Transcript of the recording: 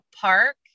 park